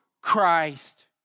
Christ